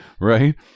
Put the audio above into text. Right